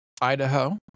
Idaho